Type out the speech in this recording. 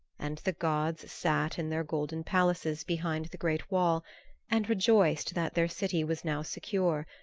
and the gods sat in their golden palaces behind the great wall and rejoiced that their city was now secure,